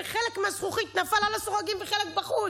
וחלק מהזכוכית נפל על הסורגים וחלק בחוץ.